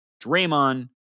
Draymond